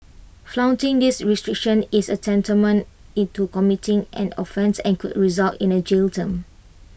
flouting these restrictions is tantamount into committing an offence and could result in A jail term